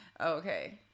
Okay